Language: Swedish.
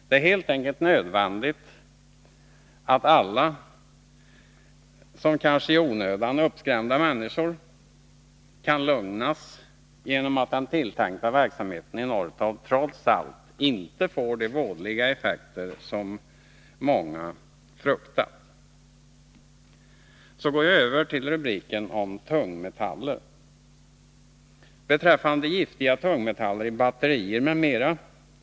Det är helt enkelt nödvändigt att alla, kanske i onödan uppskrämda människor kan lugnas genom att den tilltänkta verksamheten i Norrtorp trots allt inte får de vådliga effekter som många har fruktat. Jag går så över till rubriken Giftiga tungmetaller i batterier m.m.